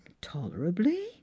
tolerably